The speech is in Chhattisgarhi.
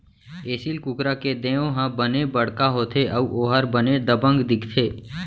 एसील कुकरा के देंव ह बने बड़का होथे अउ ओहर बने दबंग दिखथे